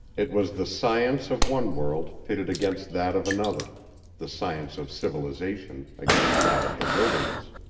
it was the science of one world pitted against that of another the science of civilization against that of the wilderness.